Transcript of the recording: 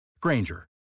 Granger